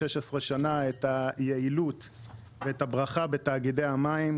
16 שנה את היעילות ואת הברכה בתאגידי המים,